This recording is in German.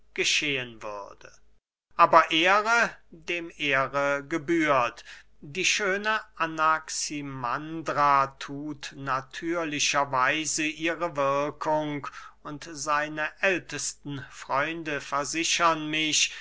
geschehen würde aber ehre dem ehre gebührt die schöne anaximandra thut natürlicher weise ihre wirkung und seine ältesten freunde versichern mich